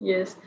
Yes